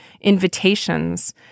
invitations